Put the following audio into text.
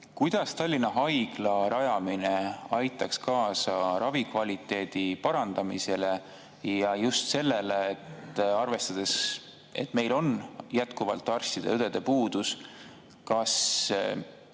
Kuidas Tallinna Haigla rajamine aitaks kaasa ravikvaliteedi parandamisele? Ja arvestades, et meil on jätkuvalt arstide ja õdede puudus,